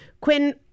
Quinn